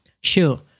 Sure